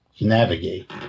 navigate